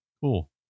Cool